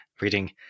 reading